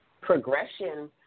progression